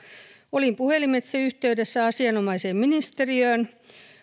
olin puhelimitse yhteydessä asianomaiseen ministeriöön